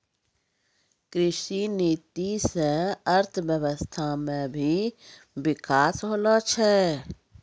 कृषि नीति से अर्थव्यबस्था मे भी बिकास होलो छै